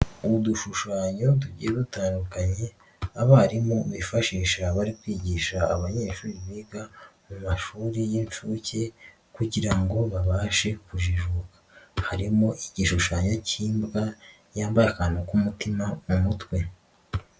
Udushushanyo tugiye dutandukanye abarimu bifashisha bari kwigisha abanyeshuri biga mu mashuri y'inshuke kugira ngo babashe kujijuka, harimo igishushanyo cy'imbwa yambaye akantu k'umutima mu mutwe.